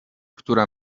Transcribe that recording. która